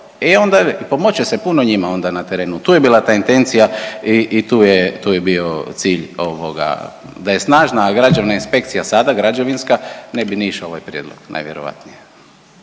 i onda, pomoći će se puno njima onda na terenu. Tu je bila ta intencija i tu je bio cilj ovo, ovoga, da je snažna građevna inspekcija sada, građevinska, ne bi ni išao ovaj prijedlog najvjerovatnije.